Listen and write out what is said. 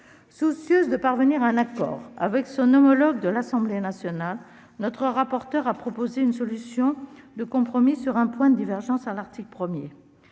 Soucieuse de parvenir à un accord avec son homologue de l'Assemblée nationale, notre rapporteur a proposé une solution de compromis sur un point de divergence à l'article 1.